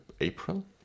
April